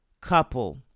couple